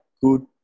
good